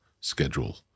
schedule